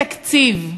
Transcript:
עם איזה תקציב?